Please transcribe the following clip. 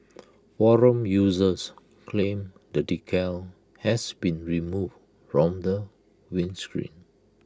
forum users claimed the decal has been removed from the windscreen